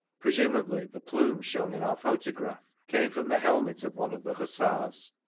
presumably the plume shown in our photograph came from the helmet of one of the hussars.